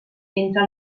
entra